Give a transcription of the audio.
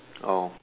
oh